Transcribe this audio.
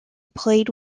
played